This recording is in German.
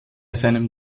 seinem